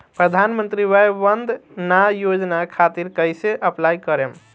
प्रधानमंत्री वय वन्द ना योजना खातिर कइसे अप्लाई करेम?